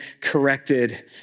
corrected